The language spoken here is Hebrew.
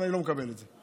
אבל אני לא מקבל את זה.